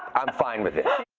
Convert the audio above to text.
i'm fine with it.